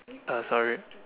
uh sorry